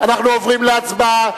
אנחנו עוברים להצבעה.